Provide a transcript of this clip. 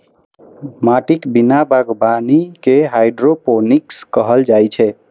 माटिक बिना बागवानी कें हाइड्रोपोनिक्स कहल जाइ छै